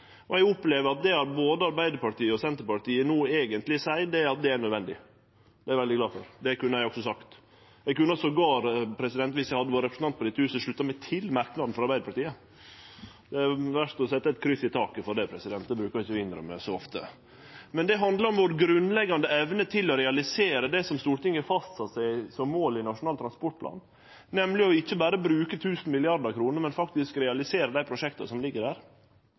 og eg opplever at det både Arbeidarpartiet og Senterpartiet no eigentleg seier, er at det er nødvendig. Det er eg veldig glad for. Det kunne eg også sagt. Eg kunne til og med, dersom eg hadde vore representant i dette huset, slutta meg til merknaden frå Arbeidarpartiet. Det er verdt å setje eit kryss i taket for det, det brukar eg ikkje å innrømme så ofte. Men det handlar om vår grunnleggjande evne til å realisere det som Stortinget sette seg som mål i Nasjonal transportplan, nemleg å ikkje berre bruke tusen milliardar kroner, men faktisk realisere dei prosjekta som ligg der.